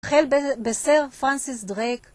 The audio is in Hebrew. החל בסר פרנסיס דריק